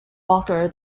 walker